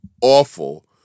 awful